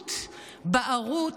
ליהדות "בערות",